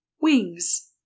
wings